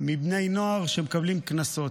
מבני נוער שמקבלים קנסות.